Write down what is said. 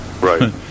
right